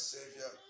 Savior